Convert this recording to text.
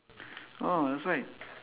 oh that's why